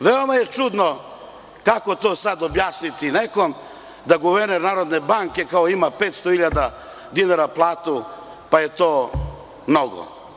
Veoma je čudno kako to sada objasniti nekom da guverner Narodne banke kao ima 500.000 dinara platu, pa je to mnogo.